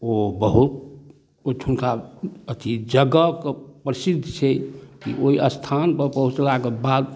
ओ बहुत ओहिठामके अथी जगहके प्रसिद्ध छै ओहि अस्थानपर पहुँचलाके बाद